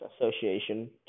Association